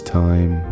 time